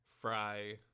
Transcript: Fry